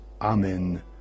Amen